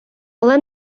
але